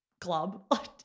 club